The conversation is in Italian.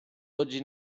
oggi